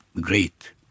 great